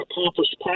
accomplished